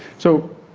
so,